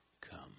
come